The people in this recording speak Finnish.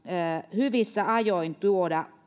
hyvissä ajoin tuoda